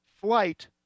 flight